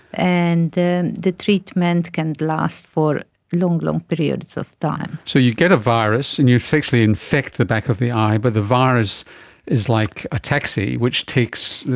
and the the treatment can last for long, long periods of time. so you get a virus and you essentially infect the back of the eye but the virus is like a taxi which takes,